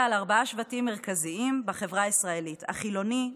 על ארבעה שבטים מרכזיים בחברה הישראלית: החילוני,